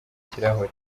ikirahuri